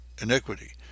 iniquity